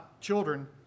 children